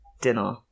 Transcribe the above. dinner